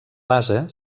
base